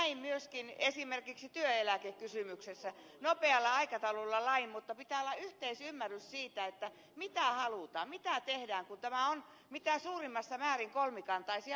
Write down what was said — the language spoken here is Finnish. me teimme näin myöskin esimerkiksi työeläkekysymyksessä nopealla aikataululla lain mutta pitää olla yhteisymmärrys siitä mitä halutaan mitä tehdään kun tämä on mitä suurimmassa määrin kolmikantaisia asioita